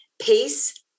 peace